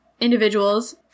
individuals